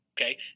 Okay